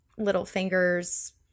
Littlefinger's